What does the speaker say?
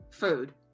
Food